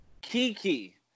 Kiki